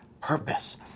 purpose